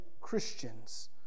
Christians